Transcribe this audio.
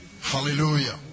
Hallelujah